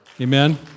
Amen